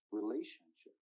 relationship